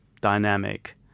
dynamic